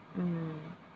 mm